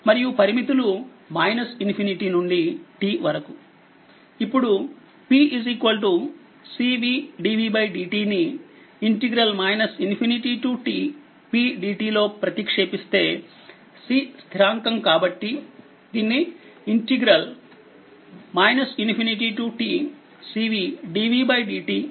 మరియు పరిమితులు ∞ నుండిt వరకు ఇప్పుడు Pcv dvdt ని tpdt లో ప్రతిక్షేపిస్తే C స్థిరాంకం కాబట్టి దీన్ని ఇంటిగ్రల్ tcv dvdt dt కి బైట రాసుకోవచ్చు